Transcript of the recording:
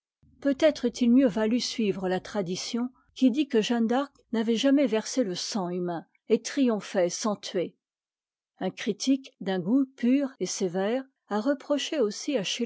être edt il mieux valu suivre la tradition qui dit que jeanne d'arc n'avait jamais versé le sang humain et triomphait sans tuer un critique d'un goût pur et sévère a reproché aussi